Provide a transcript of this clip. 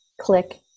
click